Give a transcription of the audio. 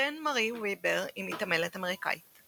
ויבר היא מתעמלת אמריקאית.